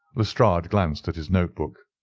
lestrade glanced at his note-book.